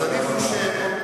אז בבקשה.